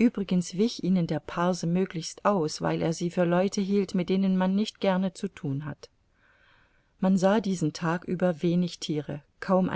uebrigens wich ihnen der parse möglichst aus weil er sie für leute hielt mit denen man nicht gerne zu thun hat man sah diesen tag über wenig thiere kaum